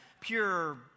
pure